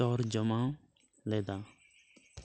ᱛᱚᱨᱡᱚᱢᱟ ᱞᱮᱫᱟ